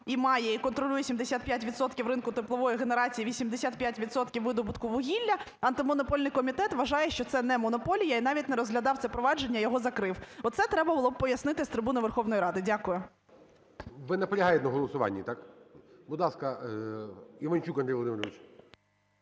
і має, і контролює 75 відсотків ринку теплової генерації і 85 відсотків видобутку вугілля, Антимонопольний комітет вважає, що це не монополія і навіть не розглядав це провадження і його закрив. Оце треба було б пояснити з трибуни Верховної Ради. Дякую. ГОЛОВУЮЧИЙ. Ви наполягаєте на голосуванні, так? Будь ласка, Іванчук Андрій Володимирович.